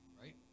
Right